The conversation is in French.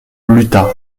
lutta